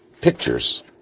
pictures